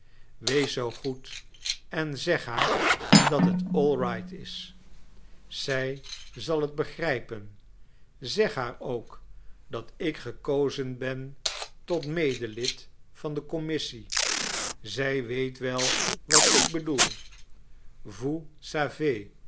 wees zoo goed en zeg haar dat het all right is zij zal het begrijpen zeg haar ook dat ik gekozen ben tot medelid van de commissie zij weet wel wat ik bedoel vous